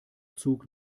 zug